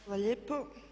Hvala lijepo.